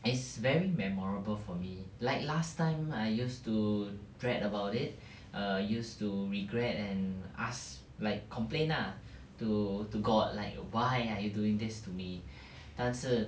it's very memorable for me like last time I used to dread about it err used to regret and ask like complain lah to to god like why are you doing this to me 但是